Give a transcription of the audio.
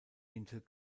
intel